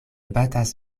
batas